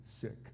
sick